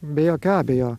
be jokio abejo